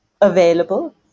available